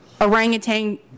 Orangutan